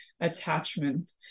attachment